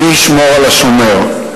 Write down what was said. מי ישמור על השומר?